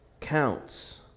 counts